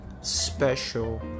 special